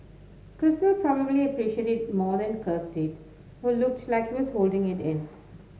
crystal probably appreciated it more than Kirk did who looks like he was holding it in